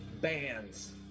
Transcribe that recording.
bands